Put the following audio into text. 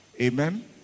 Amen